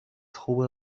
خوبه